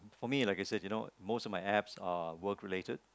for me like you said you know most of my apps are work related